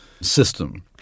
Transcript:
system